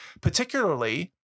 particularly